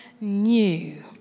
new